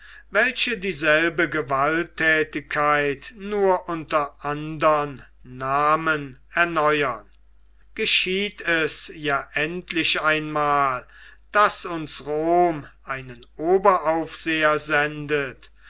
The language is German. welche dieselbe gewalttätigkeit nur unter andern namen erneuern geschieht es ja endlich einmal daß uns rom einen oberaufseher sendet